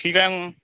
ठीक आहे मग